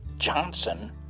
Johnson